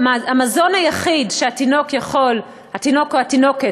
המזון היחיד שאפשר להזין בו את התינוק או את התינוקת